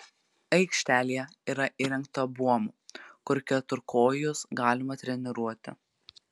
aikštelėje yra įrengta buomų kur keturkojus galima treniruoti